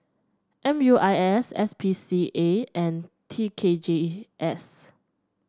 M U I S S P C A and T K G S